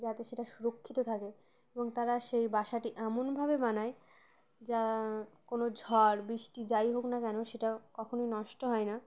যাতে সেটা সুরক্ষিত থাকে এবং তারা সেই বাসাটি এমনভাবে বানায় যা কোনো ঝড় বৃষ্টি যাই হোক না কেন সেটা কখনোই নষ্ট হয় না